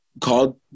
called